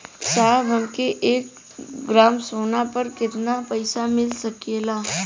साहब हमके एक ग्रामसोना पर कितना पइसा मिल सकेला?